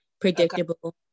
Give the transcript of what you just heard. predictable